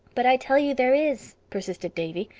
but i tell you there is, persisted davy.